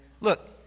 look